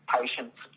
patients